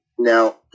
Now